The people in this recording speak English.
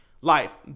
Life